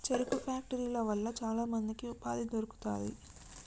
చెరుకు ఫ్యాక్టరీల వల్ల చాల మందికి ఉపాధి దొరుకుతాంది